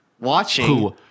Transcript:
watching